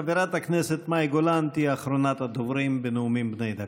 חברת הכנסת מאי גולן תהיה אחרונת הדוברים בנאומים בני דקה.